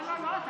לא, לא.